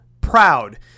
proud